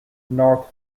north